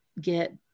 get